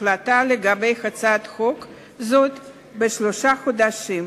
ההחלטה לגבי הצעת חוק זו בשלושה חודשים,